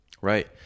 Right